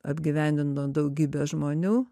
apgyvendino daugybę žmonių